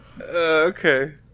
Okay